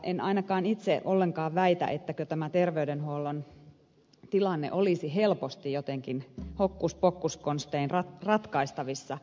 en ainakaan itse ollenkaan väitä että tämä terveydenhuollon tilanne olisi helposti jotenkin hokkus pokkus konstein ratkaistavissa